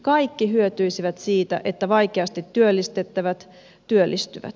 kaikki hyötyisivät siitä että vaikeasti työllistettävät työllistyvät